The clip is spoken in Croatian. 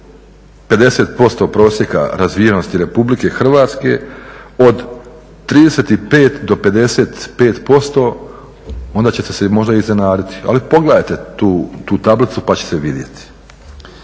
50% prosjeka razvijenosti Republike Hrvatske od 35 do 55% onda ćete se možda iznenaditi. Ali pogledajte tu tablicu pa ćete vidjeti.